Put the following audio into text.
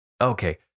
Okay